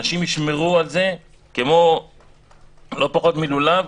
אנשים ישמרו על זה לא פחות מלולב,